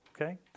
okay